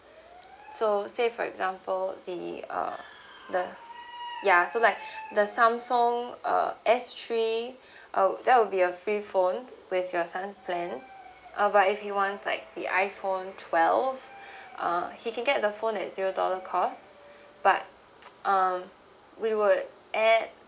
so say for example the uh the ya so like the Samsung uh S three uh there will be a free phone with your son's plan uh but if you wants like the iPhone twelve uh he can get the phone at zero dollar cost but um we would add